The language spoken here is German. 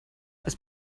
als